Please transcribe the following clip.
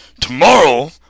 Tomorrow